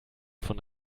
von